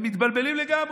הם מתבלבלים לגמרי.